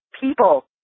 people